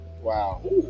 wow